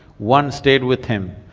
one stayed with him,